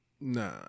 Nah